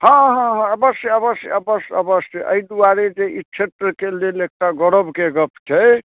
हँ हँ हँ अवश्य अवश्य अवश्य अवश्य अवश्य एहि दुआरे जे ई क्षेत्रके लेल एकटा गौरवके गप्प छै